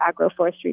agroforestry